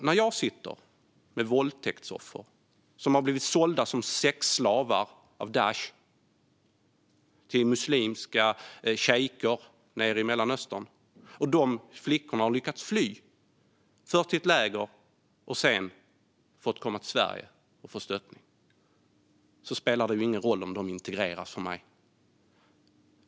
När jag sitter med våldtäktsoffer som har blivit sålda som sexslavar av Daish till muslimska schejker nere i Mellanöstern och de flickorna har lyckats fly, först till ett läger och sedan för att komma till Sverige, spelar det för mig ingen roll om de integreras eller ej.